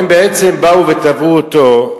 הם בעצם באו ותבעו אותו,